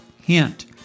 Hint